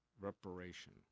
reparation